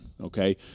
okay